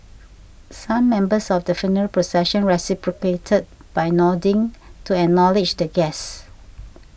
some members of the funeral procession reciprocated by nodding to acknowledge the guests